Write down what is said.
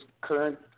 current